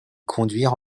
conduire